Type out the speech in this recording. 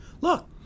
Look